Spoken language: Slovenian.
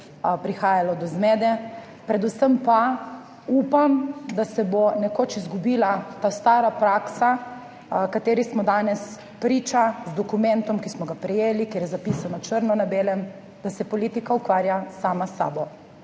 prihajalo do zmede. Predvsem pa upam, da se bo nekoč izgubila ta stara praksa, ki smo ji danes priča z dokumentom, ki smo ga prejeli, kjer je zapisano črno na belem, da se politika ukvarja sama s sabo.